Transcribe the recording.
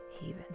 haven